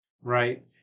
right